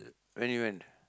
when you went